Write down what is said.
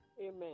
Amen